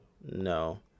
no